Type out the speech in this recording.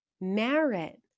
merit